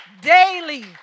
daily